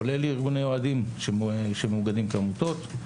כולל ארגוני אוהדים שמאוגדים כעמותות,